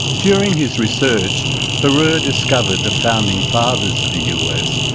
during his research herer discovered the founding fathers of the us,